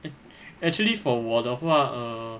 eh actually for 我的话 err